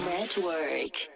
Network